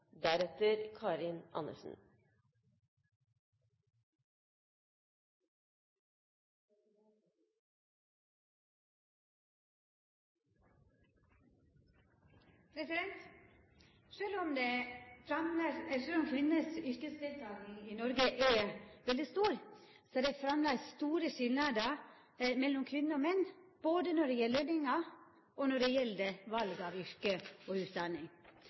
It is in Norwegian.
veldig stor, er det framleis store skilnader mellom kvinner og menn, både når det gjeld løningar, og når det gjeld val av yrke og